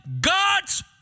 God's